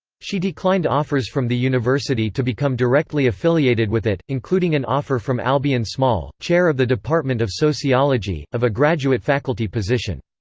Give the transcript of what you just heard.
she declined offers from the university to become directly affiliated with it, including an offer from albion small, chair of the department of sociology, of a graduate faculty position.